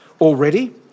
Already